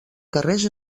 carrers